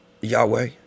Yahweh